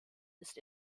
ist